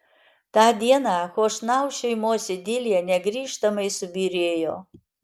tą dieną chošnau šeimos idilė negrįžtamai subyrėjo